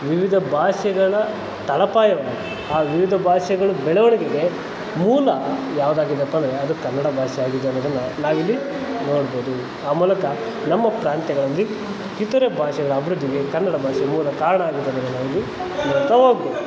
ವಿವಿಧ ಭಾಷೆಗಳ ತಳಪಾಯವನ್ನು ಆ ವಿವಿಧ ಭಾಷೆಗಳ ಬೆಳವಣಿಗೆಗೆ ಮೂಲ ಯಾವುದಾಗಿದೆಯಪ್ಪಾ ಅಂದರೆ ಅದು ಕನ್ನಡ ಭಾಷೆಯಾಗಿದೆ ಅನ್ನೋದನ್ನು ನಾವಿಲ್ಲಿ ನೋಡ್ಬೋದು ಆ ಮೂಲಕ ನಮ್ಮ ಪ್ರಾಂತ್ಯಗಳಲ್ಲಿ ಇತರ ಭಾಷೆಗಳ ಅಭಿವೃದ್ಧಿಗೆ ಕನ್ನಡ ಭಾಷೆ ಮೂಲ ಕಾರಣ ಆಗಿದೆ ಅನ್ನೋದನ್ನು ನಾವಿಲ್ಲಿ ನೋಡ್ತಾ ಹೋಗ್ಬೋದು